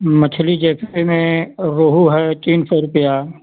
मछली जैसे भी में रोहू है तीन सौ रूपये